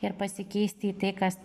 ir pasikeisti į tai kas